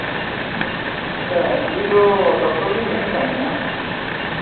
ᱟᱪᱪᱷᱟ ᱟᱹᱞᱤᱧ ᱫᱚ ᱰᱚᱠᱴᱚᱨ ᱞᱤᱧ ᱢᱮᱱᱮᱫ ᱛᱟᱦᱮᱱᱟ